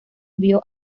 vio